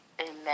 Amen